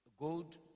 Gold